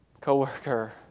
co-worker